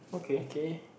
okay